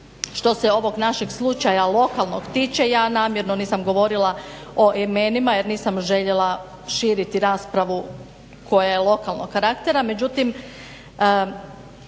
Što se ovog našeg slučaja lokalnog tiče, ja namjerno nisam govorila o imenima jer nisam željela širiti raspravu koja je lokalnog karaktera,